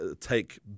take